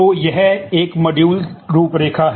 तो यह एक मॉड्यूल रूपरेखा है